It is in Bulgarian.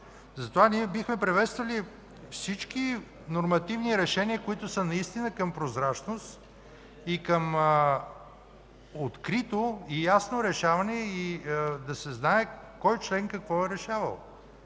Затова ние бихме приветствали всички нормативни решение, които са наистина към прозрачност, към открито и ясно решаване – да се знае кой член, какво е решавал.